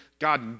God